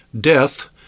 death